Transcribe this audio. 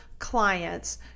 Clients